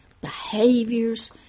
behaviors